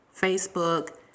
Facebook